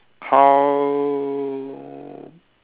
how